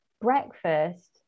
breakfast